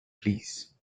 please